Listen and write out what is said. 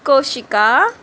கோஷிக்கா